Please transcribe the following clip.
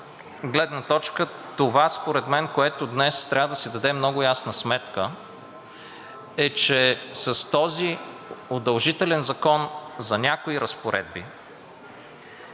гледна точка на това според мен, за което днес трябва да си дадем много ясна сметка, е, че с този удължителен закон за някои разпоредби,